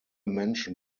menschen